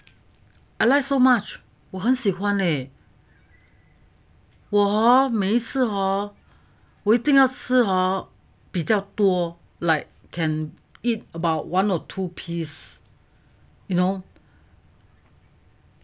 I like so much 我很喜欢 leh 我每一次 hor 我一定吃 hor like can eat about one or two piece you know